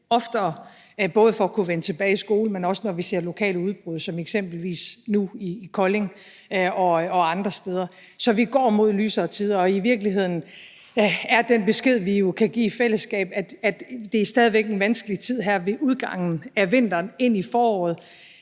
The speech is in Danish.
oftere, både for at kunne vende tilbage i skole, men også, når vi ser lokale udbrud som eksempelvis nu i Kolding og andre steder. Så vi går mod lysere tider. Og i virkeligheden er den besked, vi kan give i fællesskab, at det stadig væk er en vanskelig tid her ved udgangen af vinteren og ind i foråret,